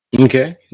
Okay